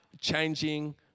changing